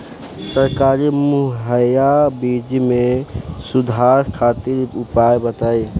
सरकारी मुहैया बीज में सुधार खातिर उपाय बताई?